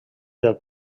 del